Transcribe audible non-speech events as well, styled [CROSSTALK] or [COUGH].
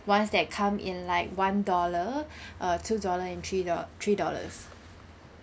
ones that come in like one dollar [BREATH] uh two dollar and three do~ three dollars